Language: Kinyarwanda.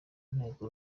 nteko